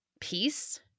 peace